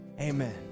amen